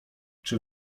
czy